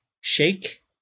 shake